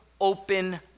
open